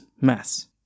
mass